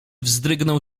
wzdrygnął